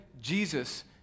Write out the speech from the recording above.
Jesus